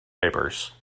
papers